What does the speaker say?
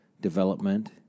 development